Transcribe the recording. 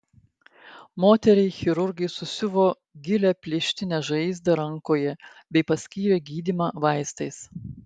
moteriai chirurgai susiuvo gilią plėštinę žaizdą rankoje bei paskyrė gydymą vaistais